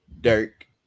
Dirk